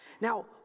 Now